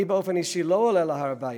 אני באופן אישי לא עולה להר-הבית,